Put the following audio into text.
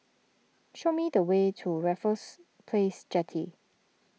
show me the way to Raffles Place Jetty